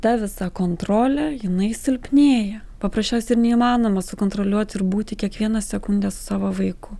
ta visa kontrolė jinai silpnėja paprasčiausiai ir neįmanoma sukontroliuot ir būti kiekvieną sekundę su savo vaiku